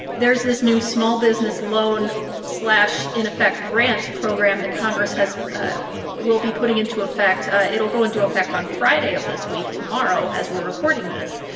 there's this new small business loan slash in-effect grant program that congress has ah will be putting into effect it will go into effect on friday of this week, tomorrow as we're recording this.